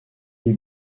des